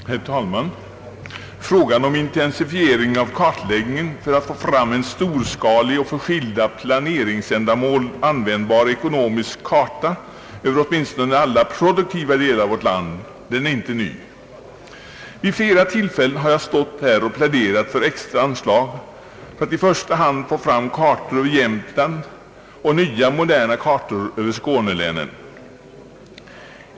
Herr talman! Frågan om intensifiering av kartläggningen för att få fram en storskalig och för skilda planeringsändamål användbar ekonomisk karta över åtminstone alla produktiva delar av vårt land är inte ny. Vid flera tillfällen har jag stått här och pläderat för extra anslag i första hand till kartor över Jämtland och nya, moderna kartor för skånelänen.